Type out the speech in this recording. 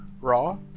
Raw